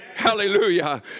Hallelujah